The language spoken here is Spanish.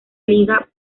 liga